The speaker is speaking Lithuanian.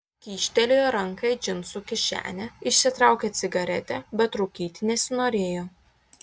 kyštelėjo ranką į džinsų kišenę išsitraukė cigaretę bet rūkyti nesinorėjo